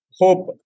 Hope